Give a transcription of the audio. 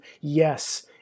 yes